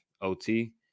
OT